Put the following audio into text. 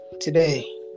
today